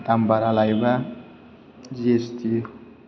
दाम बारा लायोबा जिएसटि